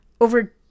over